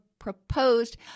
proposed